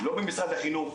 לא במשרד החינוך,